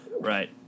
right